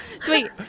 Sweet